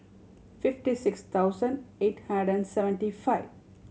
fifty six thousand eight hundred seventy five